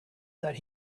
that